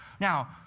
Now